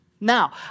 Now